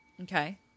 Okay